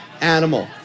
animal